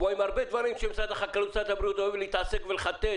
כמו עם הרבה דברים שמשרד הבריאות אוהב להתעסק ולחטט.